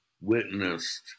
witnessed